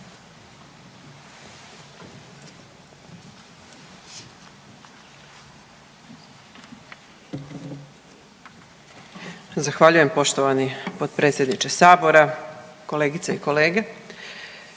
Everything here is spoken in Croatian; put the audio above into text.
Zahvaljujem poštovani potpredsjedniče Sabora. Kolegice i kolege.